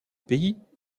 pays